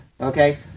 Okay